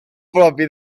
propi